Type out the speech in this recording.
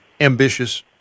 ambitious